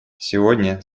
сегодня